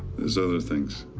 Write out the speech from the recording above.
there's other things.